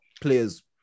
Players